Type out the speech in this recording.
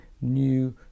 new